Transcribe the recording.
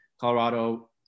Colorado